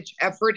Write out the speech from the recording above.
effort